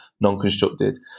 non-constructed